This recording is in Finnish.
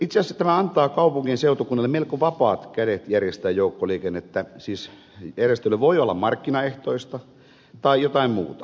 itse asiassa tämä antaa kaupungin seutukunnalle melko vapaat kädet järjestää joukkoliikennettä siis järjestely voi olla markkinaehtoista tai jotain muuta